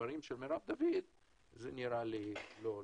מהדברים של מרב דוד זה נראה לי לא לעניין.